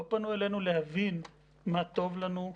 לא פנו אלינו להבין מה טוב לנו.